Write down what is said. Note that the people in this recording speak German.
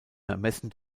ermessen